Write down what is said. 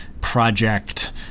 project